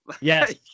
Yes